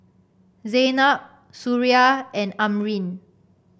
Zaynab Suria and Amrin